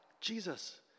Jesus